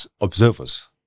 observers